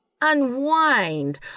unwind